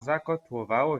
zakotłowało